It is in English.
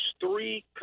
three